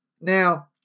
Now